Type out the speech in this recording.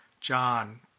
John